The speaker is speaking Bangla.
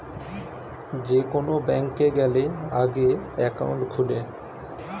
যে কোন ব্যাংকে গ্যালে আগে একাউন্ট খুলে